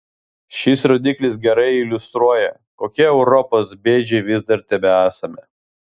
šis rodiklis gerai iliustruoja kokie europos bėdžiai vis dar tebesame